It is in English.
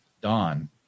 dawn